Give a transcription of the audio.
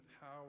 power